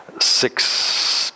six